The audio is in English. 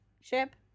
Ship